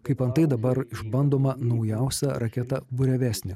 kaip antai dabar išbandoma naujausia raketa burevestnik